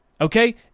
Okay